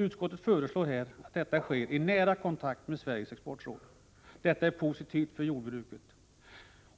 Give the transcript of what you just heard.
Utskottet föreslår här att detta sker i nära kontakt med Sveriges exportråd. Detta är positivt för jordbruket.